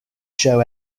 show